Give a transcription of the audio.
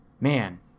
man